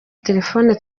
telefone